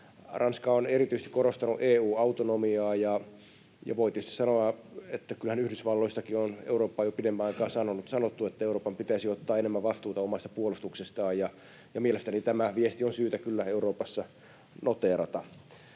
Ranska on erityisesti korostanut EU-autonomiaa, ja voi tietysti sanoa, että kyllähän Yhdysvalloistakin on Eurooppaan jo pidemmän aikaa sanottu, että Euroopan pitäisi ottaa enemmän vastuuta omasta puolustuksestaan. Mielestäni tämä viesti on syytä kyllä Euroopassa noteerata.